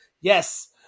yes